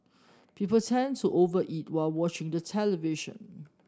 people tend to over eat while watching the television